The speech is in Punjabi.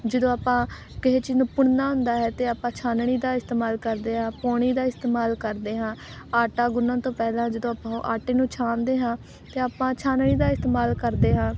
ਜਦੋਂ ਆਪਾਂ ਕਿਸੇ ਚੀਜ਼ ਨੂੰ ਪੁਣਨਾ ਹੁੰਦਾ ਹੈ ਤਾਂ ਆਪਾਂ ਛਾਨਣੀ ਦਾ ਇਸਤੇਮਾਲ ਕਰਦੇ ਹਾਂ ਪੌਣੀ ਦਾ ਇਸਤੇਮਾਲ ਕਰਦੇ ਹਾਂ ਆਟਾ ਗੁੰਨ੍ਹਣ ਤੋਂ ਪਹਿਲਾਂ ਜਦੋਂ ਆਪਾਂ ਆਟੇ ਨੂੰ ਛਾਣਦੇ ਹਾਂ ਤਾਂ ਆਪਾਂ ਛਾਨਣੀ ਦਾ ਇਸਤੇਮਾਲ ਕਰਦੇ ਹਾਂ